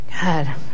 God